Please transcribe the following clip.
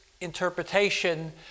interpretation